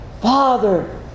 Father